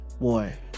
boy